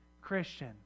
Christian